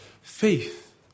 Faith